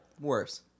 Worse